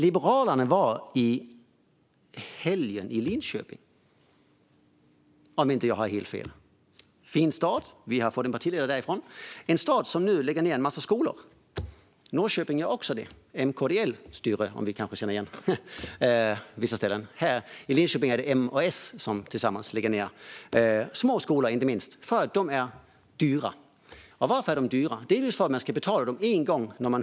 Liberalerna var i helgen i Linköping, om inte jag har helt fel. Det är en fin stad. Vi centerpartister har fått en partiledare därifrån. Men det är en stad som nu lägger ned en massa skolor. Norrköping gör också det. M, KD och L styr där, och det kanske man känner igen på vissa ställen. I Linköping är det M och S som tillsammans lägger ned inte minst små skolor för att de är dyra. Och varför är de dyra? Jo, för att man betalar för dem två gånger.